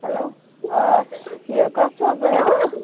hello آ یہِ کَتھ چھُو حظ ہٮ۪وان